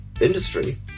industry